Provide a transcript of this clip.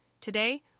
Today